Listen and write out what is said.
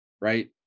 right